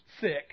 sick